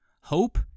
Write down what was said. Hope